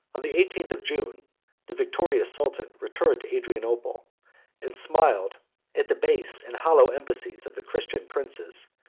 on the eighteenth of june the victorious sultan returned to adrianople and smiled at the base and hollow embassies of the christian princes,